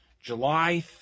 July